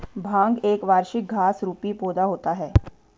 भांग एक वार्षिक घास रुपी पौधा होता है